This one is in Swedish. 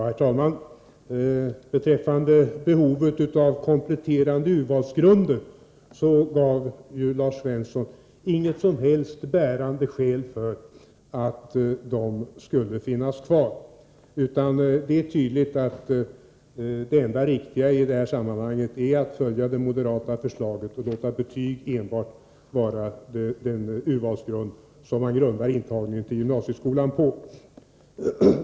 Herr talman! Beträffande behovet av kompletterande urvalsgrunder gav Lars Svensson inget som helst bärande skäl för att dessa skulle finnas kvar. Det är tydligt att det enda riktiga i det här sammanhanget är att följa det moderata förslaget och låta enbart betygen vara den urvalsgrund som man grundar intagningen till gymnasieskolan på.